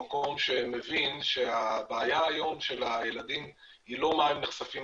ממקום שמבין שהבעיה היום של הילדים היא לא מה הם נחשפים